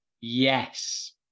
Yes